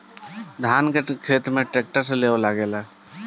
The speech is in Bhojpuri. धान के खेत में ट्रैक्टर से लेव लागेला